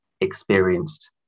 experienced